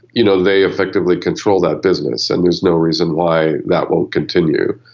you know they effectively control that business and there's no reason why that won't continue.